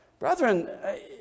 Brethren